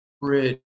bridge